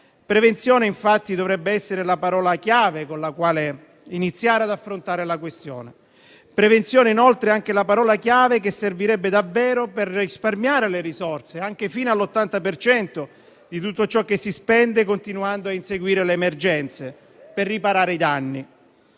Prevenzione infatti dovrebbe essere la parola chiave con la quale iniziare ad affrontare la questione. Prevenzione, inoltre, è anche la parola chiave che servirebbe davvero per risparmiare le risorse, anche fino all'80 per cento di tutto ciò che si spende, continuando a inseguire le emergenze, per riparare i danni.